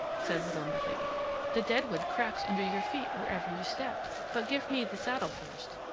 said little marie the dead wood cracks under your feet wherever you step but give me the saddle first.